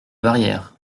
barrière